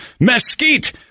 mesquite